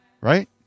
right